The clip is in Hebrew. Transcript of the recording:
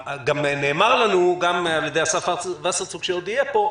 -- נאמר לנו גם על ידי אסף וסרצוג שהודיע פה,